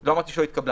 לא אמרתי שלא התקבלה.